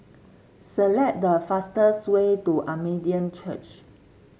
select the fastest way to Armenian Church